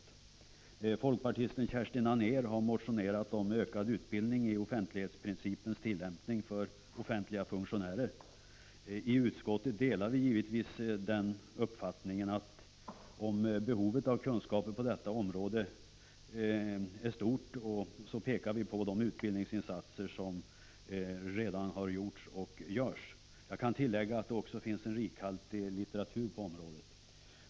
Folkpartisten Kerstin Anér har motionerat om ökad utbildning för offentliga funktionärer angående tillämpningen av offentlighetsprincipen. I utskottet delar vi givetvis uppfattningen att behovet av kunskaper på detta område är stort. Vi pekar på de utbildningsinsatser som redan har gjorts och som görs. Jag kan tillägga att det finns en rikhaltig litteratur på området.